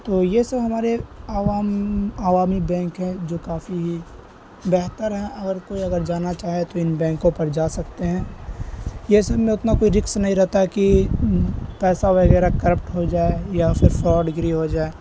تو یہ سب ہمارے عوام عوامی بینک ہیں جو کافی ہی بہتر ہیں اگر کوئی اگر جانا چاہے تو ان بینکوں پر جا سکتے ہیں یہ سب میں اتنا کوئی رسک نہیں رہتا کہ پیسہ وغیرہ کرپٹ ہو جائے یا پھر فراڈ گری ہو جائے